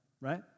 right